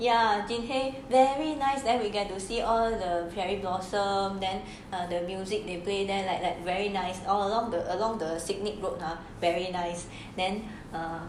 ya jinhae very nice then we get to see all the cherry blossom then the music they play there like like very nice all along the along the scenic road uh very nice then uh